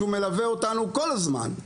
שמלווה אותנו כל הזמן,